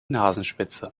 nasenspitze